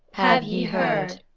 have ye heard?